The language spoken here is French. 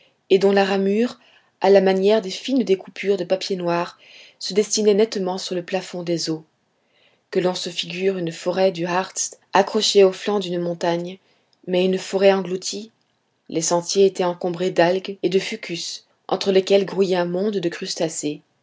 et dont la ramure à la manière des fines découpures de papier noir se dessinait nettement sur le plafond des eaux que l'on se figure une forêt du hartz accrochée aux flancs d'une montagne mais une forêt engloutie les sentiers étaient encombrés d'algues et de fucus entre lesquels grouillait un monde de crustacés